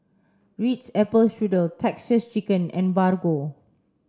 Ritz Apple Strudel Texas Chicken and Bargo